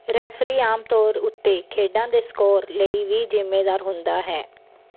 referee ਆਮ ਤੌਰ ਉੱਤੇ ਖੇਡਾਂ ਦੇ ਸਕੋਰ ਲਈ ਵੀ ਜ਼ਿੰਮੇਦਾਰ ਹੁੰਦਾ ਹੈ